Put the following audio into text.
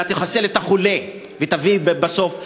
אלא תחסל את החולה ותביא בסוף לסופו,